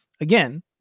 again